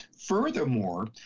Furthermore